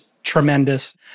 Tremendous